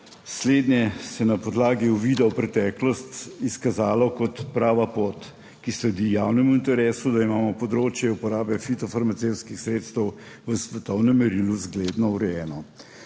slednje se je na podlagi uvida v preteklost izkazalo kot prava pot, ki sledi javnemu interesu, da imamo področje uporabe fitofarmacevtskih sredstev v svetovnem merilu zgledno urejeno.